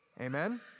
Amen